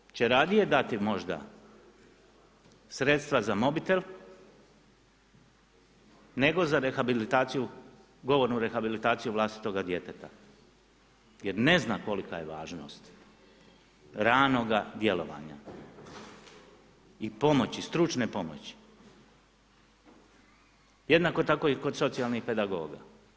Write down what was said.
Neuk čovjek će radije dati možda sredstva za mobitel nego za rehabilitaciju govornu rehabilitaciju vlastitoga djeteta, jer ne zna kolika je važnost ranoga djelovanja i pomoći stručne pomoći, jednako tako i kod socijalnih pedagoga.